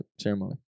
ceremony